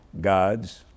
God's